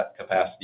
capacity